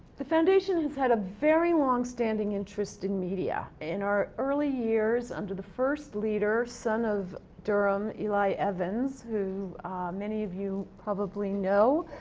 the foundation has had a very long standing interest in media. in our early years under the first leaders son of durham, eli evans, who many of you probably know